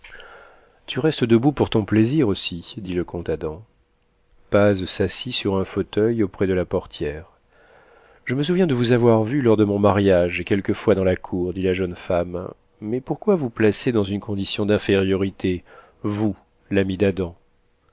tu restes debout pour ton plaisir aussi dit le comte adam paz s'assit sur un fauteuil auprès de la portière je me souviens de vous avoir vu lors de mon mariage et quelquefois dans la cour dit la jeune femme mais pourquoi vous placer dans une condition d'infériorité vous l'ami d'adam